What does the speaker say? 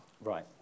Right